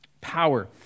Power